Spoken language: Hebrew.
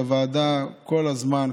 שמנהל את הוועדה כל הזמן,